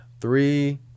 three